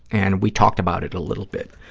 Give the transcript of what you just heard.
and we talked about it a little bit.